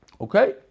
Okay